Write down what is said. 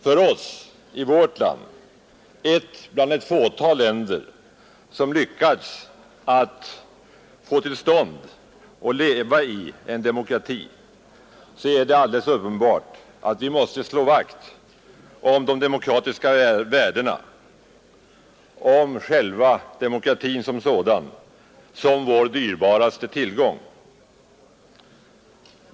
För oss i vårt land, ett bland det fåtal länder som har lyckats att få till stånd och leva i en demokrati, är det alldeles uppenbart att vi måste slå vakt om de demokratiska värdena och om själva demokratin som sådan som vår dyrbaraste tillgång.